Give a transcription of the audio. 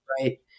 right